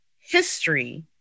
history